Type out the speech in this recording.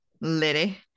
Liddy